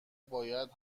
باید